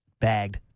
bagged